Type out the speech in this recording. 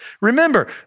Remember